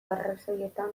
arrazoietan